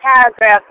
paragraph